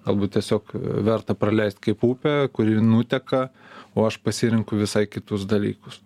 galbūt tiesiog verta praleist kaip upę kuri nuteka o aš pasirenku visai kitus dalykus